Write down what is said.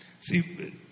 See